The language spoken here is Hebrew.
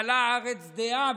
מלאה הארץ דעה,